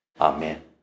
Amen